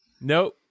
Nope